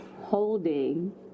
holding